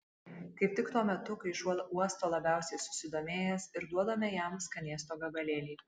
kaip tik tuo metu kai šuo uosto labiausiai susidomėjęs ir duodame jam skanėsto gabalėlį